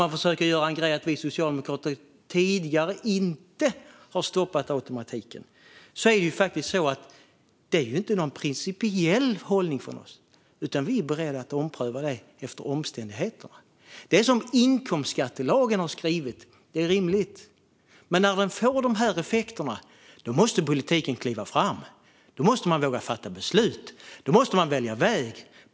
Man försöker göra en grej av att vi socialdemokrater inte har stoppat automatiken tidigare. Svaret på den frågan är att det inte är någon principiell hållning för oss utan att vi är beredda att ompröva detta utifrån omständigheterna. Det som står i inkomstskattelagen är rimligt, men när det får dessa effekter måste politiken kliva fram. Då måste man våga fatta beslut och välja väg.